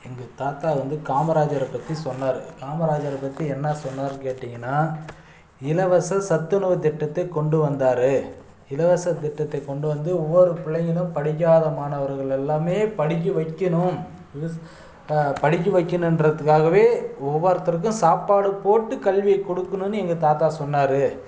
எங்கள் தாத்தா வந்து காமராஜரை பற்றி சொன்னார் காமராஜரை பற்றி என்ன சொன்னாருன்னு கேட்டிங்கன்னா இலவச சத்துணவு திட்டத்தை கொண்டு வந்தார் இலவச திட்டத்தை கொண்டு வந்து ஒவ்வொரு பிள்ளைகளும் படிக்காத மாணவர்கள் எல்லாருமே படிக்க வைக்கணும் படிக்க வைக்கணும்ன்றதுக்காகவே ஒவ்வொருத்தருக்கும் சாப்பாடு போட்டு கல்வியை கொடுக்கணும்னு எங்கள் தாத்தா சொன்னார்